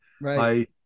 right